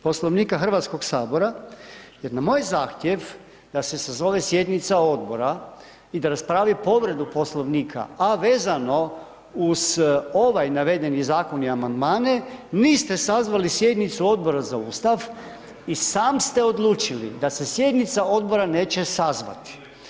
Poslovnika Hrvatskog sabora, jer na moj zahtjev da se sazove sjednica Odbora i da raspravi povredu Poslovnika, a vezano uz ovaj navedeni Zakon i amandmane, niste sazvali sjednicu Odbora za Ustav, i sam ste odlučili da se sjednica Odbora neće sazvati.